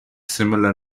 similar